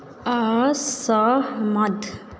असहमत